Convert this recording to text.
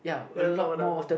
ten or eleven